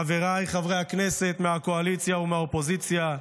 חבריי חברי הכנסת מהקואליציה ומהאופוזיציה,